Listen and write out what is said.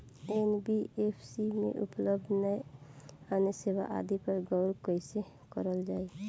NBFC में उपलब्ध अन्य सेवा आदि पर गौर कइसे करल जाइ?